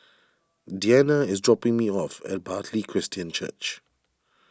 Deanna is dropping me off at Bartley Christian Church